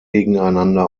gegeneinander